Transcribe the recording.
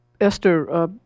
Esther